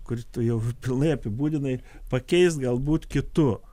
kur tu jau pilnai apibūdinai pakeis galbūt kitu